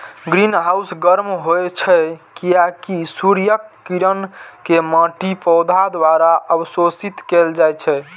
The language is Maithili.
ग्रीनहाउस गर्म होइ छै, कियैकि सूर्यक किरण कें माटि, पौधा द्वारा अवशोषित कैल जाइ छै